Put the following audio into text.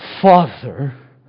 Father